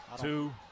Two